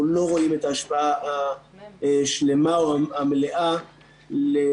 לא רואים את ההשפעה השלמה או המלאה של